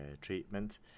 treatment